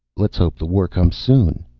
let's hope the war comes soon,